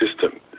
system